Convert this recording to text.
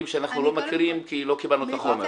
שאנחנו לא מכירים כי לא קיבלנו את החומר.